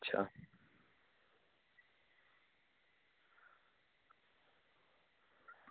અચ્છા